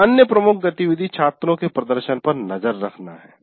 एक अन्य प्रमुख गतिविधि छात्रों के प्रदर्शन पर नज़र रखना है